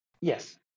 Yes